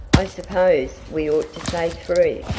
i suppose we ought to say three,